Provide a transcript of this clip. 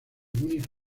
múnich